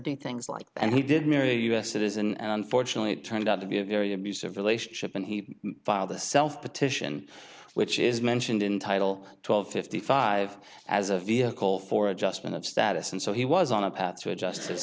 do things like and he did marry a us citizen and unfortunately it turned out to be a very abusive relationship and he filed a self petition which is mentioned in title twelve fifty five as a vehicle for adjustment of status and so he was on a path to adjust